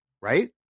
Right